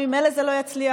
וממילא זה לא יצליח,